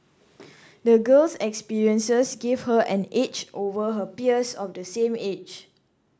the girl's experiences gave her an edge over her peers of the same age